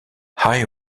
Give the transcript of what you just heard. high